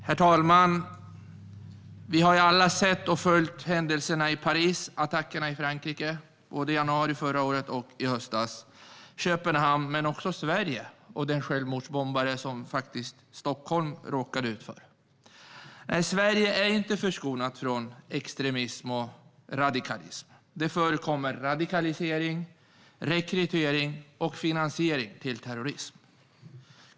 Herr talman! Vi har alla följt händelserna i Paris, attackerna i Frankrike, både i januari förra året och i höstas, i Köpenhamn och också i Sverige, då Stockholm faktiskt råkade ut för en självmordsbombare. Sverige är inte förskonat från extremism och radikalism. Det förekommer radikalisering, rekrytering och finansiering till terrorism.